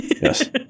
Yes